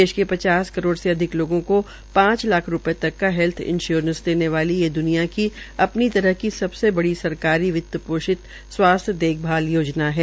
देश के पच्चीस करोड़ से अधिक लोगों को पांच लाख रूपये तक का हैल्थ इंशयोरेश देने वाली दुनिया की अपनी तरह की सबसे बड़ी सरकारी वित पोषित स्वास्थ्य देखभाल योजना है